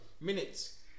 minutes